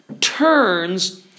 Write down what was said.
turns